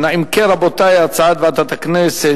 הוספת חלק ה' וביטול סימן ד' ותחילה לתקנון הכנסת